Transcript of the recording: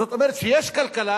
זאת אומרת שיש כלכלה